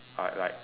uh like